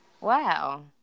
Wow